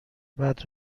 بعد